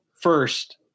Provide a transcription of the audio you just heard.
first